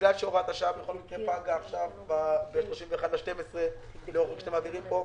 בגלל שהוראת שעה תפוג ב-31 בדצמבר לפי החוק שאתם מעבירים פה,